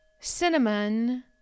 cinnamon